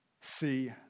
See